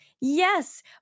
Yes